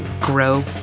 grow